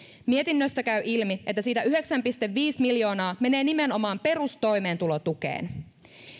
mietinnöstä käy ilmi että siitä yhdeksän pilkku viisi miljoonaa menee nimenomaan perustoimeentulotukeen